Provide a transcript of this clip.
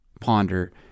ponder